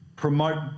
promote